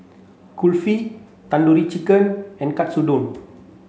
Kulfi Tandoori Chicken and Katsudon